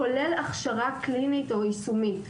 כולל הכשרה קלינית או יישומית,